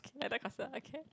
K like that faster okay